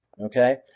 Okay